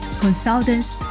consultants